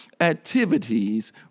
activities